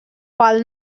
pel